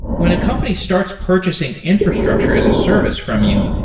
when a company starts purchasing infrastructure as a service from you,